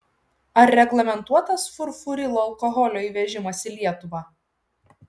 ar reglamentuotas furfurilo alkoholio įvežimas į lietuvą